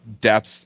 depth